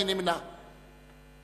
חוק